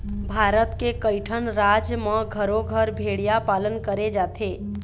भारत के कइठन राज म घरो घर भेड़िया पालन करे जाथे